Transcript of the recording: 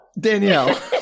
Danielle